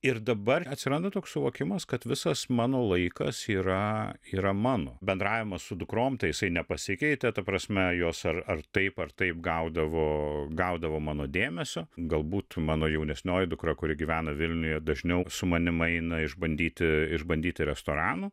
ir dabar atsirado toks suvokimas kad visas mano laikas yra yra mano bendravimas su dukrom tai jisai nepasikeitę ta prasme jos ar ar taip ar taip gaudavo gaudavo mano dėmesio galbūt mano jaunesnioji dukra kuri gyvena vilniuje dažniau su manim eina išbandyti išbandyti restoranų